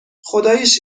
خداییش